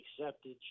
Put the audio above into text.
accepted